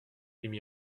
émis